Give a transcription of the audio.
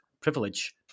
privilege